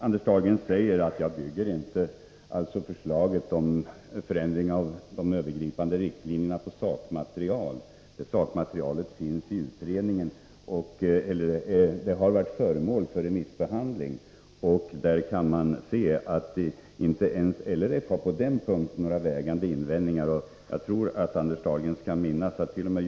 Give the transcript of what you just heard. Anders Dahlgren säger att jag inte bygger förslaget om en förändring av de övergripande riktlinjerna på sakmaterial. Men ett sådant sakmaterial har tagits fram i utredningen, och det har varit föremål för remissbehandling. Man kan konstatera att inte ens LRF har några vägande invändningar på den punkten. Jag tror också att Anders Dahlgren minns attt.o.m.